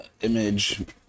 image